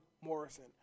Morrison